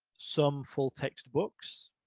some full textbooks.